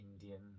Indian